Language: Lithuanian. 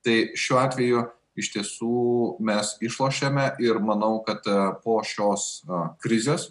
tai šiuo atveju iš tiesų mes išlošiame ir manau kad po šios na krizės